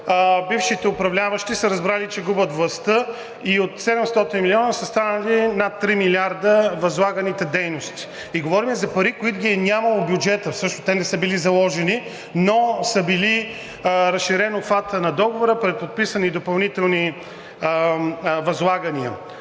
бившите управляващи са разбрали, че губят властта, и от 700 милиона са станали над 3 милиарда възлаганите дейности. И говорим за пари, които ги е нямало в бюджета. Те не са били заложени, но е бил разширен обхватът на договора, преподписани допълнителни възлагания.